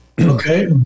Okay